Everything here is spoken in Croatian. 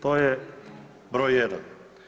To je broj jedan.